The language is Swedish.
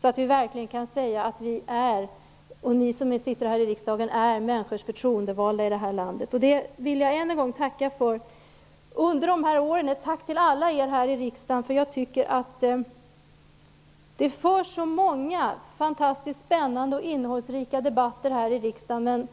Då kan vi verkligen säga att ni som sitter här i riksdagen är människors förtroendevalda i det här landet. Jag vill än en gång tacka er alla här i riksdagen för de gångna åren. Det förs så många fantastiskt spännande och innehållsrika debatter här i riksdagen, men